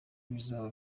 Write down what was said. bizaba